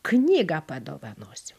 knygą padovanosim